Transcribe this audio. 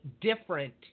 different